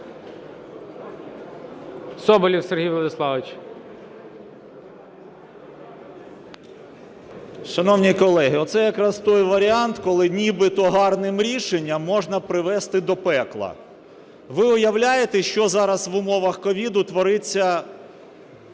Соболєв Сергій Владиславович. 14:37:41 СОБОЛЄВ С.В. Шановні колеги, оце якраз той варіант, коли нібито гарним рішенням можна привести до пекла. Ви уявляєте, що зараз, в умовах ковіду, твориться